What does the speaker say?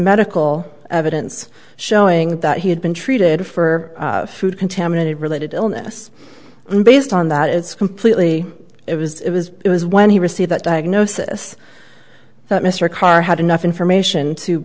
medical evidence showing that he had been treated for food contaminated related illness and based on that it's completely it was it was it was when he received that diagnosis that mr karr had enough information to